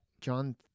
John